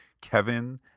kevin